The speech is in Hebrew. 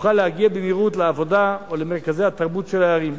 יוכל להגיע במהירות לעבודה או למרכזי התרבות של הערים.